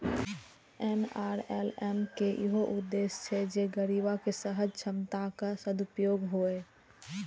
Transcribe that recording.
NRLM के इहो उद्देश्य छै जे गरीबक सहज क्षमताक सदुपयोग हुअय